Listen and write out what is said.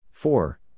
Four